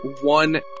one